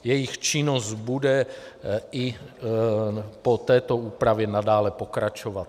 Jejich činnost bude i po této úpravě nadále pokračovat.